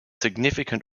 significant